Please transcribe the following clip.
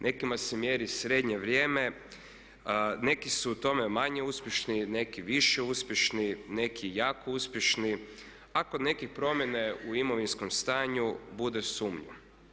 Nekima se mjeri srednje vrijeme, neki su u tome manje uspješni, neki više uspješni, neki jako uspješni a kod nekih promjene u imovinskom stanju bude sumnju.